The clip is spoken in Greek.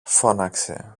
φώναξε